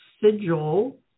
sigil